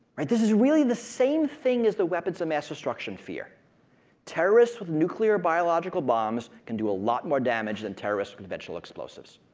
this is really the same thing as the weapons of mass destruction fear terrorists with nuclear biological bombs can do a lot more damage than terrorists with conventional explosives.